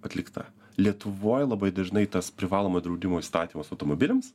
atlikta lietuvoj labai dažnai tas privalomo draudimo įstatymas automobiliams